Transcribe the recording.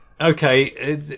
Okay